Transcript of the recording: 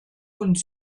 und